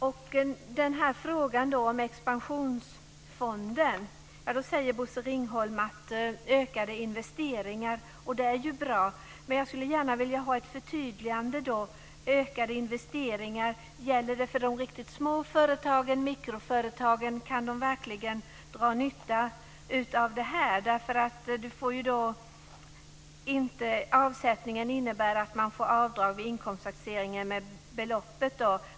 I fråga om expansionsfonder talar Bosse Ringholm om ökade investeringar och det är ju bra. Men jag skulle gärna vilja ha ett förtydligande. Gäller ökade investeringar för de riktigt små företagen, mikroföretagen? Kan de verkligen dra nytta av det här? Avsättningen innebär ju att man får avdrag vid inkomsttaxeringen med beloppet.